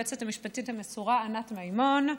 ליועצת המשפטית המסורה ענת מימון,